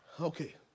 Okay